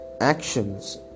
actions